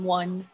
one